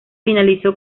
finalizó